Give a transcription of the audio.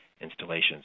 installations